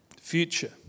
Future